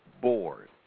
Board